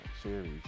series